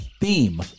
theme